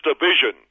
division